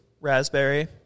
raspberry